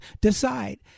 decide